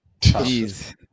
Jeez